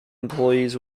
employees